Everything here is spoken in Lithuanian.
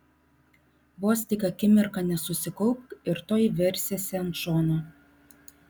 vos tik akimirką nesusikaupk ir tuoj versiesi ant šono